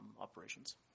operations